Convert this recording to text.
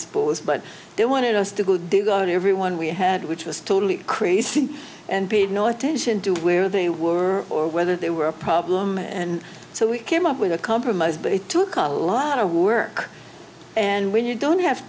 more but they wanted us to go do go on everyone we had which was totally crazy and paid no attention to where they were or whether they were a problem and so we came up with a compromise but it took a lot of work and when you don't have